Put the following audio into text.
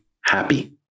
happy